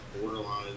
borderline